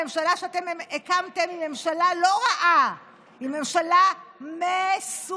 הממשלה שאתם הקמתם היא לא ממשלה רעה היא ממשלה מסוכנת,